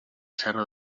serra